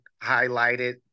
highlighted